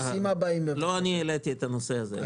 לא אני העליתי את הנושא הזה.